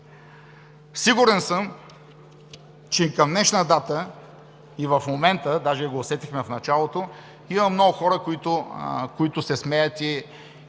Сигурен съм, че и към днешна дата, и сега – даже го усетихме в началото, има много хора, които се смеят и